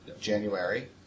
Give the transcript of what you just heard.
January